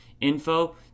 info